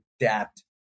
adapt